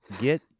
get